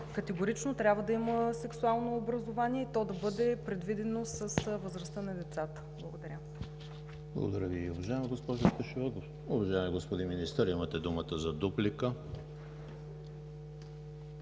Категорично трябва да има сексуално образование, и то да бъде предвидено с възрастта на децата. Благодаря.